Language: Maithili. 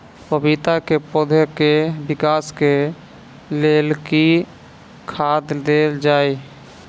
पपीता केँ पौधा केँ विकास केँ लेल केँ खाद देल जाए?